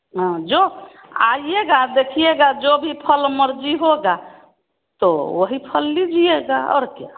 हाँ जो आइएगा देखिएगा जो भी फल मर्ज़ी होगी तो वही फल लीजिएगा और क्या